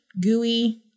gooey